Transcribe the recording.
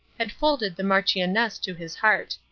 had folded the marchioness to his heart.